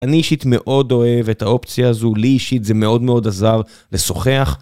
אני אישית מאוד אוהב את האופציה הזו, לי אישית זה מאוד מאוד עזר לשוחח.